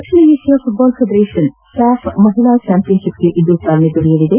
ದಕ್ಷಿಣ Asia football federation SAFF ಮಹಿಳಾ ಚಾಂಪಿಯನ್ ಶಿಪ್ಗೆ ಇಂದು ಚಾಲನೆ ದೊರೆಯಲಿದೆ